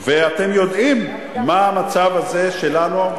אתם יודעים מה המצב הזה שלנו,